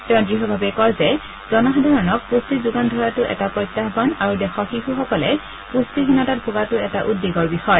তেওঁ দঢ়ভাৱে কয় যে জনসাধাৰণক পুষ্টি যোগান ধৰাতো এটা প্ৰত্যাহ্বান আৰু দেশৰ শিশুসকলে পুষ্টিহীনতাত ভোগাতো এটা উদ্বেগৰ বিষয়